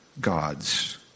gods